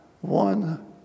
one